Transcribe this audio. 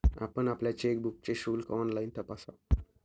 आपण आपल्या चेकबुकचे शुल्क ऑनलाइन तपासा